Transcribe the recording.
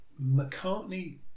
McCartney